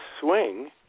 swing